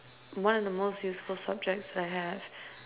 one of the most useful subjects I had